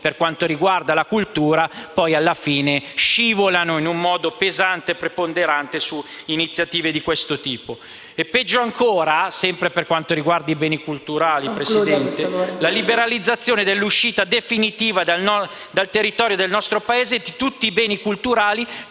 per quanto riguarda la cultura e poi alla fine scivolano in modo pesante e preponderante su iniziative di questo tipo. Peggio ancora, sempre per quanto riguarda i beni culturali, è la liberalizzazione dell'uscita definitiva dal territorio del nostro Paese di tutti i beni culturali